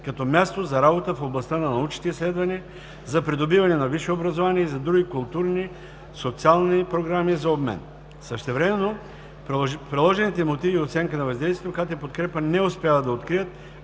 като място за работа в областта на научните изследвания, за придобиване на висше образование и за други културни и социални програми за обмен. Същевременно в приложените мотиви и оценка на въздействието КТ „Подкрепа“ не успяват да открият